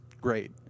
great